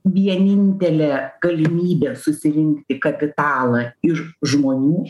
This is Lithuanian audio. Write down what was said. vienintelė galimybė susirinkti kapitalą iš žmonų